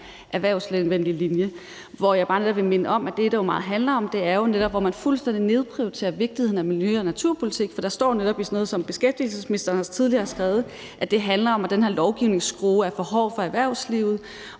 erhvervsvenlige linje, og hvor jeg jo netop også bare vil minde om, at det, som det meget handler om, er, hvordan man fuldstændig nedprioriterer vigtigheden af miljø- og naturpolitik. For der står jo netop også i noget af det, som beskæftigelsesministeren tidligere har skrevet, at det handler om, at den her lovgivningsskrue er for hård for erhvervslivet,